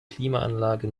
klimaanlage